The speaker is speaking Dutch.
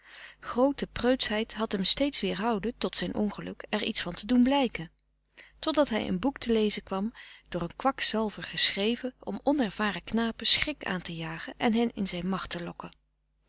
groote preutschheid had hem steeds weerhouden tot zijn ongeluk er iets van te doen blijken totdat hij een boek te lezen kwam door een kwakzalver geschreven om onervaren knapen schrik aan te jagen en hen in zijn macht te lokken